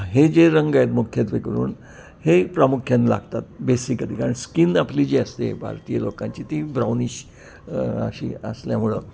हे जे रंग आहेत मुख्यत्वे करून हे प्रामुख्याने लागतात बेसिकली कारण स्कीन आपली जी असते भारतीय लोकांची ती ब्राउनिश अशी असल्यामुळं